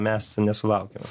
mes nesulaukiam